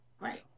Right